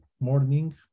morning